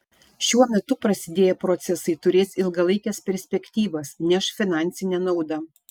šiuo metu prasidėję procesai turės ilgalaikes perspektyvas neš finansinę naudą